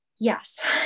Yes